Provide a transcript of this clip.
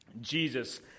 Jesus